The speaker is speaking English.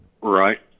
Right